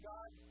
God